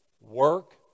work